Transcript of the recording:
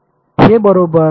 हे बरोबर आहे